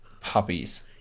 Puppies